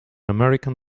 american